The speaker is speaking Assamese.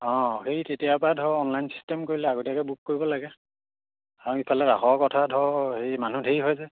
অঁ সেই তেতিয়াৰ পৰাই ধৰ অনলাইন ছিষ্টেম কৰিলে আগতীয়াকৈ বুক কৰিব লাগে আৰু ইফালে ৰাসৰ কথা ধৰ হেৰি মানুহ ঢেৰ হয় যে